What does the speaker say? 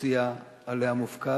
באוכלוסייה שעליה אתה מופקד.